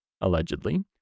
allegedly